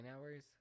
hours